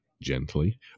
gently